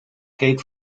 kate